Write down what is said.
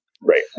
Right